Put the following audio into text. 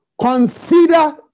consider